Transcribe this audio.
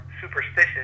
superstitious